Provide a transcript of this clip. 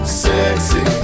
sexy